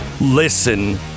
listen